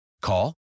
Call